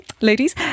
ladies